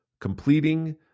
completing